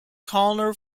colonel